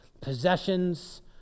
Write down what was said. possessions